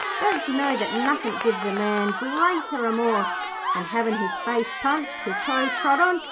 don't you know that nothin gives a man greater remorse than havin' his face punched, his toes trod on,